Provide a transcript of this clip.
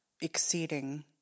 exceeding